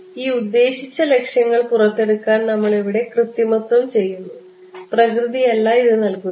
ഈ ഉദ്ദേശിച്ച ലക്ഷ്യങ്ങൾ പുറത്തെടുക്കാൻ നമ്മളിവിടെ കൃത്രിമത്വം ചെയ്യുന്നു പ്രകൃതിയല്ല ഇത് നൽകുന്നത്